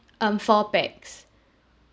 um four pax